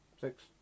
Six